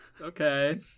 Okay